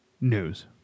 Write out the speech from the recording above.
news